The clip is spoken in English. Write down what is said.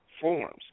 forms